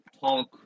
talk